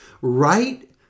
Right